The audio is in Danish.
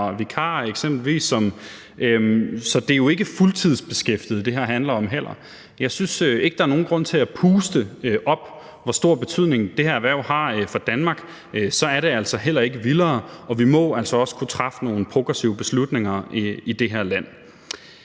vikarer eksempelvis, så det er jo heller ikke fuldtidsbeskæftigede, det her handler om. Jeg synes ikke, at der er nogen grund til at puste det op, hvor stor betydning det her erhverv har for Danmark, for så er det altså heller ikke vildere, og vi må altså også kunne træffe nogle progressive beslutninger i det her land.